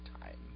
time